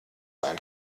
sein